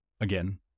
again